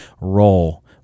roll